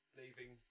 leaving